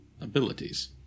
abilities